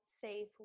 safe